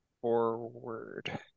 Forward